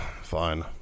Fine